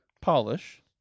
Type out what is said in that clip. Polish